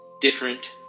different